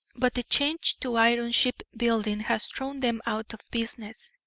but the change to iron ship-building has thrown them out of business.